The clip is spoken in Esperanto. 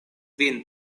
vin